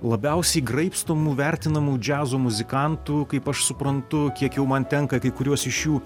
labiausiai graibstomų vertinamų džiazo muzikantų kaip aš suprantu kiek jau man tenka kai kuriuos iš jų